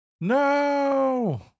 No